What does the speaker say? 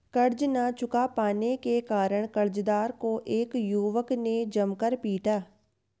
कर्ज ना चुका पाने के कारण, कर्जदार को एक युवक ने जमकर पीटा